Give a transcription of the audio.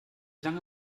lange